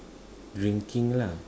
drinking lah